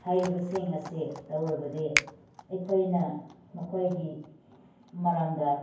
ꯍꯥꯏꯔꯤꯕꯁꯤꯡ ꯑꯁꯤ ꯇꯧꯔꯕꯗꯤ ꯑꯩꯈꯣꯏꯅ ꯃꯈꯣꯏꯒꯤ ꯃꯔꯝꯗ